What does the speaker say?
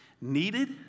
needed